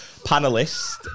panelist